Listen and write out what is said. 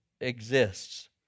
exists